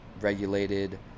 regulated –